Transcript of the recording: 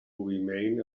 remain